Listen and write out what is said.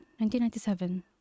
1997